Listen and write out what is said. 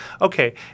okay